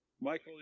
Michael